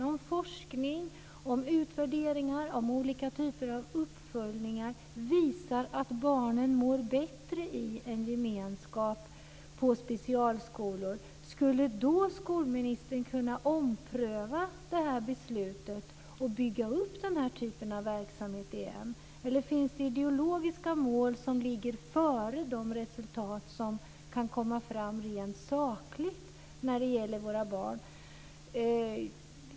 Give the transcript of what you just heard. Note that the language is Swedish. Om forskning, utvärderingar och olika typer av uppföljningar visar att barnen mår bättre i en gemenskap på specialskolor, skulle skolministern då kunna ompröva besluten och bygga ut den här typen av verksamhet igen? Eller finns det ideologiska mål som ligger före de resultat som kan komma fram rent sakligt när det gäller våra barn?